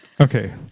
Okay